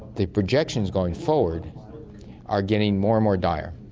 the projections going forward are getting more and more dire.